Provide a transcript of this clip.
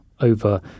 over